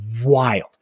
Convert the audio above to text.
wild